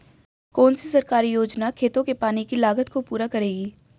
कौन सी सरकारी योजना खेतों के पानी की लागत को पूरा करेगी?